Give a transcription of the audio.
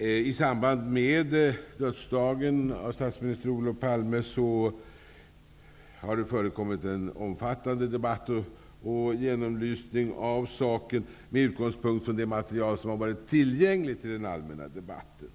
I samband med statsminister Olof Palmes dödsdag har det förekommit en omfattande debatt och genomlysning av saken med utgångspunkt i det material som varit tillgängligt i den allmänna debatten.